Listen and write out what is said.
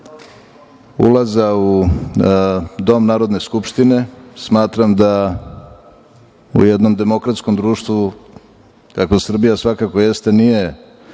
ulaza u Dom Narodne skupštine. Smatram da u jednom demokratskom društvu, kakva Srbija svakako jeste, nije